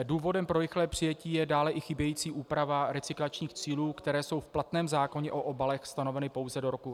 Důvodem pro rychlé přijetí je dále i chybějící úprava recyklačních cílů, které jsou v platném zákona o obalech stanoveny pouze do roku 2012.